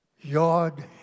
yod